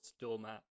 doormat